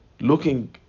looking